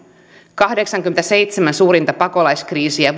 kahdeksankymmentäseitsemän suurinta pakolaiskriisiä